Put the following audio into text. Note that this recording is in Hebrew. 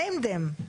named them.